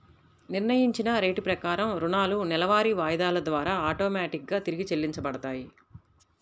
నిర్ణయించిన రేటు ప్రకారం రుణాలు నెలవారీ వాయిదాల ద్వారా ఆటోమేటిక్ గా తిరిగి చెల్లించబడతాయి